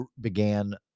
began